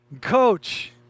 Coach